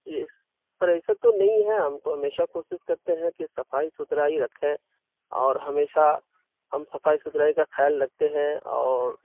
جی sir ایسا تو نہیں ہے ہم تو ہمیشہ کوشش کرتے ہیں کہ صفائی ستھرائی رکھیں اور ہمیشہ ہم صفائی ستھرائی کا خیال رکھتے ہیں اور